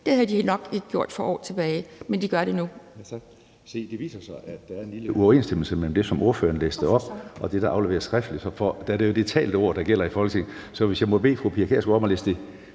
det havde de nok ikke gjort for år tilbage, men det gør de nu.